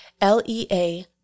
L-E-A